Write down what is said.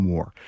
War